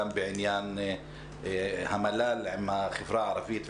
גם בעניין המל"ל עם החברה הערבית,